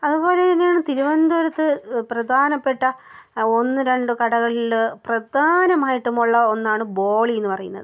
അതുപോലെ തന്നെയാണ് തിരുവനന്തപുരത്ത് പ്രധാനപ്പെട്ട ഒന്ന് രണ്ട് കടകളിൽ പ്രധാനമായിട്ടും ഉള്ള ഒന്നാണ് ബോളി എന്നു പറയുന്നത്